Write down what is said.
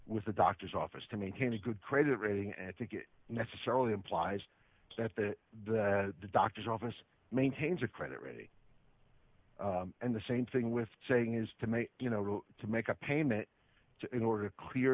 with the doctor's office to maintain a good credit rating and think it necessarily implies that the doctor's office maintains a credit rating and the same thing with saying is to make you know to make a payment in order to clear